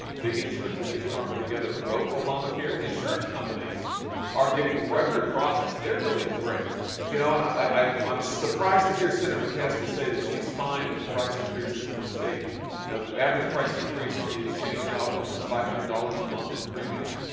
big insurance and big pharma together wrote obamacare. the insurance companies are getting record profits. they're doing great you know and i'm i'm surprised to hear senator mccaskill say that she's fine with the price increases in this state. you know the average price increase on the exchange now up to almost five hundred dollars a month in premiums.